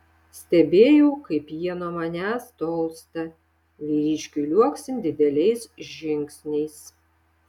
stebėjau kaip jie nuo manęs tolsta vyriškiui liuoksint dideliais žingsniais